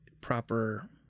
proper